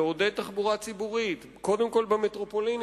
לעודד את התחבורה הציבורית קודם כול במטרופולינים,